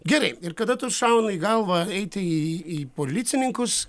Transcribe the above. gerai ir kada tau šauna į galvą eiti į į policininkus